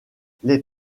les